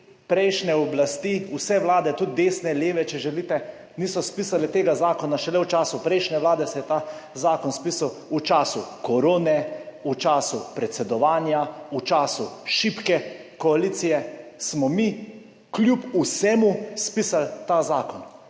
prejšnje oblasti, vse vlade, tudi desne, leve, če želite, niso spisali tega zakona. Šele v času prejšnje vlade se je ta zakon spisal. V času korone, v času predsedovanja, v času šibke koalicije smo mi kljub vsemu spisali ta zakon.